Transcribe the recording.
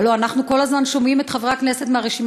הלוא אנחנו כל הזמן שומעים את חברי הכנסת מהרשימה